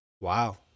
wow